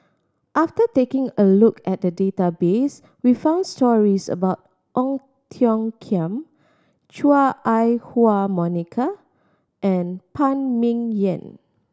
after taking a look at the database we found stories about Ong Tiong Khiam Chua Ah Huwa Monica and Phan Ming Yen